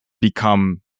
become